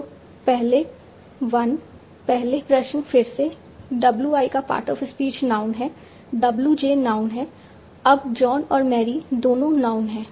तो पहले 1 पहले प्रश्न फिर से W i का पार्ट ऑफ स्पीच नाउन है w j नाउन है अब जॉन और मैरी दोनों नाउन हैं